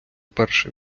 перше